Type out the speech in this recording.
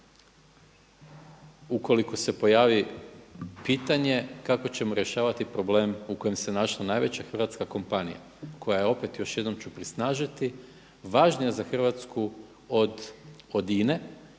ukoliko se pojavi pitanje kako ćemo rješavati problem u kojem se našla najveća hrvatska kompanija koja je opet, još jednom ću prisnažiti važnija za Hrvatsku od INA-e.